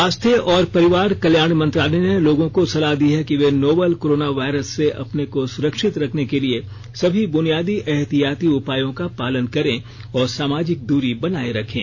स्वास्थ्य और परिवार कल्याण मंत्रालय ने लोगों को सलाह दी है कि वे नोवल कोरोना वायरस से अपने को सुरक्षित रखने के लिए सभी बुनियादी एहतियाती उपायों का पालन करें और सामाजिक दूरी बनाए रखें